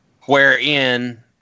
wherein